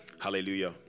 Hallelujah